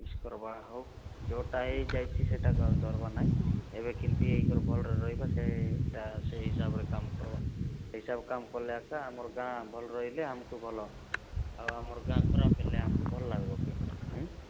କିସ କରବା ହଉ ଯେଉଁଟା ହେଇଯାଇଛି ସେଟାକୁ ଆଉ ଧରବ ନାଇଁ ଏବେ କିମତି ହେଇକରି ଭଲରେ ରହିବା ସେଟା ସେ ହିସାବରେ କାମ କରବା ସେ ହିସାବରେ କାମ କଲେ ଏକା ଆମର ଗାଁ ଭଲରେ ରହିଲେ ଆମକୁ ଭଲ ଆଉ ଆମର ଗାଁ ଖରାପ ହେଲେ ଆମକୁ ଭଲ ଲାଗିବ କି